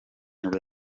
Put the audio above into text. nibwo